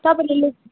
तपाईँले लेख्